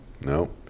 No